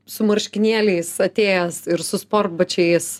su marškinėliais atėjęs ir su sportbačiais